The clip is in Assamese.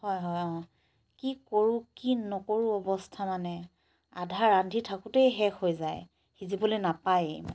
হয় হয় অঁ কি কৰোঁ কি নকৰোঁ অৱস্থা মানে আধা ৰান্ধি থাকোঁতেই শেষ হৈ যায় সিজিবলৈ নাপায়েই